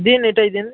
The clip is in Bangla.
দিন এটাই দিন